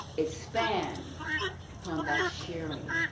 expand upon that sharing.